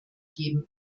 geben